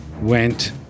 went